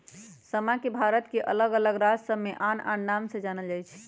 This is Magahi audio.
समा के भारत के अल्लग अल्लग राज सभमें आन आन नाम से जानल जाइ छइ